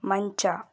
ಮಂಚ